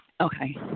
Okay